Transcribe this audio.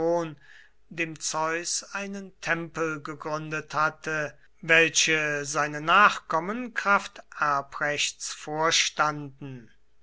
dem zeus einen tempel gegründet hatte welche seine nachkommen kraft erbrechts vorstanden